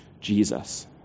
Jesus